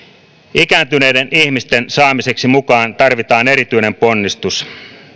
ikääntyneiden ihmisten saamiseksi mukaan tarvitaan erityinen ponnistus